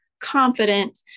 confident